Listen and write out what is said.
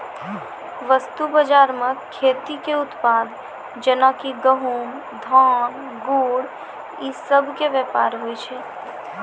वस्तु बजारो मे खेती के उत्पाद जेना कि गहुँम, धान, गुड़ इ सभ के व्यापार होय छै